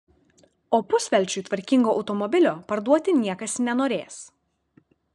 o pusvelčiui tvarkingo automobilio parduoti niekas nenorės